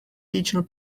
regional